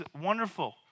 wonderful